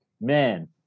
Man